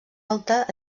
alta